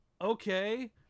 okay